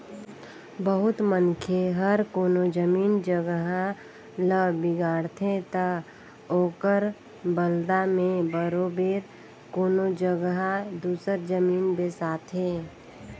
बहुत मनखे हर कोनो जमीन जगहा ल बिगाड़थे ता ओकर बलदा में बरोबेर कोनो जगहा दूसर जमीन बेसाथे